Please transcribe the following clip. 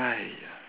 !aiya!